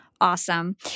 Awesome